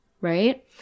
Right